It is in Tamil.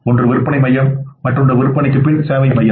ஒன்று விற்பனை மையம் மற்றொன்று விற்பனைக்குப் பின் சேவை மையம்